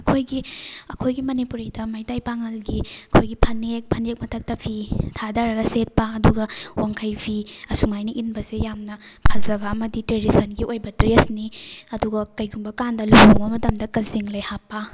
ꯑꯩꯈꯣꯏꯒꯤ ꯑꯩꯈꯣꯏꯒꯤ ꯃꯅꯤꯄꯨꯔꯤꯗ ꯃꯩꯇꯩ ꯄꯥꯉꯜꯒꯤ ꯑꯩꯈꯣꯏꯒꯤ ꯐꯅꯦꯛ ꯐꯅꯦꯛ ꯃꯊꯛꯇ ꯐꯤ ꯊꯥꯗꯔꯒ ꯁꯦꯠꯄ ꯑꯗꯨꯒ ꯋꯥꯡꯈꯩ ꯐꯤ ꯑꯁꯨꯃꯥꯏꯅ ꯏꯟꯕꯁꯦ ꯌꯥꯝꯅ ꯐꯖꯕ ꯑꯃꯗꯤ ꯇ꯭ꯔꯦꯗꯤꯁꯟꯒꯤ ꯑꯣꯏꯕ ꯗ꯭ꯔꯦꯁꯅꯤ ꯑꯗꯨꯒ ꯀꯩꯒꯨꯝꯕ ꯀꯥꯟꯗ ꯂꯨꯍꯣꯡꯕ ꯃꯇꯝꯗ ꯀꯖꯦꯡ ꯂꯩ ꯍꯥꯞꯄ